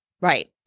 Right